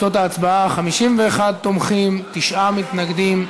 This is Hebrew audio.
תוצאות ההצבעה: 51 תומכים, תשעה מתנגדים,